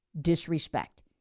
Disrespect